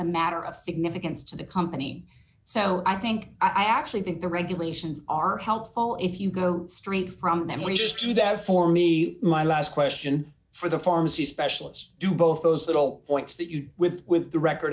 a matter of significance to the company so i think i actually think the regulations are helpful if you go straight from them wish to do that for me my last question for the forms the special do both those little points that you with with the record